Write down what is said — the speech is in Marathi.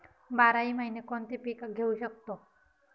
बाराही महिने कोणते पीक घेवू शकतो?